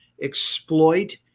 exploit